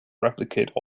replicate